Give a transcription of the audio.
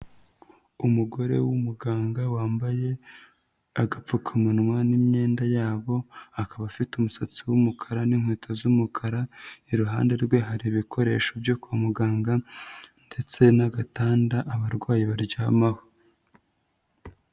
Umugore w'umuganga wambaye agapfukamunwa n'imyenda yabo, akaba afite umusatsi w'umukara n'inkweto z'umukara, iruhande rwe hari ibikoresho byo kwa muganga ndetse n'agatanda abarwayi baryamaho.